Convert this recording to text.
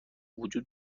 وجود